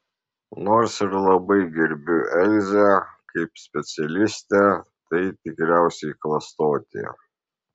nors ir labai gerbiu elzę kaip specialistę tai tikriausiai klastotė